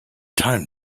time